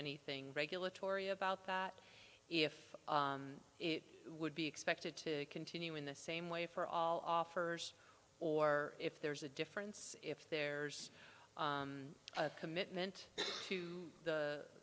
anything regulatory about that if it would be expected to continue in the same way for all offers or if there's a difference if there's a commitment to the